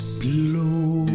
blow